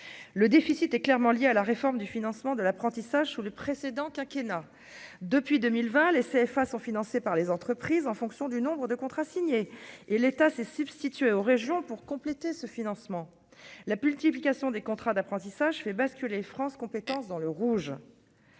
le déficit est clairement lié à la réforme du financement de l'apprentissage sous le précédent quinquennat depuis 2020 les CFA sont financés par les entreprises en fonction du nombre de contrats signés et l'État s'est substitué aux régions pour compléter ce financement la poule type éducation des contrats d'apprentissage fait basculer France compétences dans le rouge.